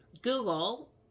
Google